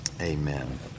Amen